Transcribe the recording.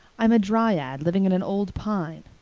i'm a dryad living in an old pine,